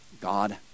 God